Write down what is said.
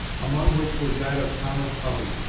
among which was that of thomas hovey.